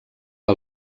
que